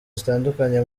zitandukanye